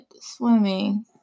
swimming